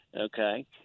okay